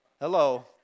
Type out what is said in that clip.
Hello